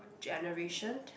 generation